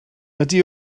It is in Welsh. ydy